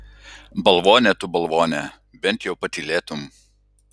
balvone tu balvone bent jau patylėtum